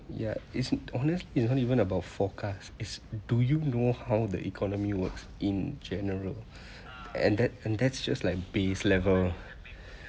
ya is honest isn't even about forecast is do you know how the economy works in general and that and that's just like base level